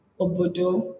Obodo